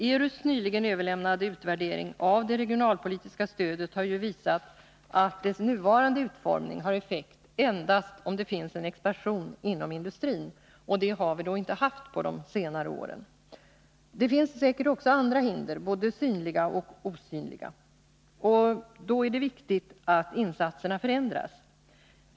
ERU:s nyligen utvärderade redovisning av det regionalpolitiska stödet har visat att dess nuvarande utformning har effekt endast om det finns en expansion inom industrin, och någon sådan har vi inte haft på de senaste åren. Det finns säkert också andra hinder, både synliga och osynliga, och då är det viktigt att insatserna förändras.